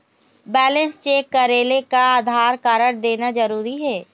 Balance check करेले का Aadhaar card देना जरूरी हे?